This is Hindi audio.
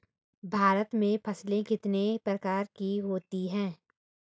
भारत में फसलें कितने प्रकार की होती हैं?